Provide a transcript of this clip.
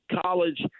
college